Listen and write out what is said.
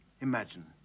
imagine